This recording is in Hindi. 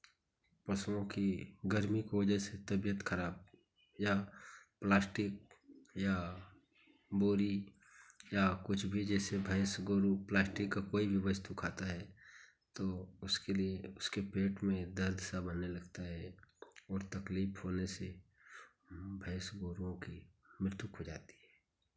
पशुओं की गर्मी को वजह से तबियत खराब या प्लास्टिक या बोरी या कुछ भी जैसे भैंस गोरू प्लास्टिक का कोई भी वस्तु खाता है तो उसके लिए उसके पेट में दर्द सा बनने लगता है और तकलीफ होने से भैंस गोरुओं की मृत्यु हो जाती है